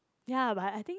ya but I think